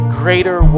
greater